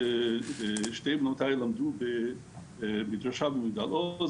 שתי בנותיי למדו במדרשה במגדל עוז,